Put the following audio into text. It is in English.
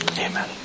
Amen